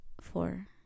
four